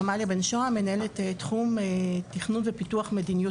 עמליה בן שוהם, מנהלת תחום תכנון ופיתוח מדיניות